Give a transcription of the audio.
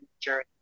journey